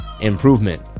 improvement